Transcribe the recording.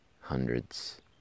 hundreds